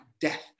death